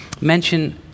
mention